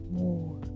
more